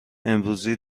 امروزی